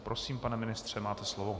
Prosím, pane ministře, máte slovo.